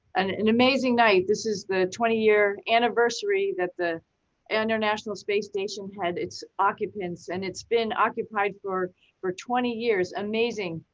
an amazing night. this is the twenty year anniversary that the and international space station had its occupants, and it's been occupied for for twenty years, amazing.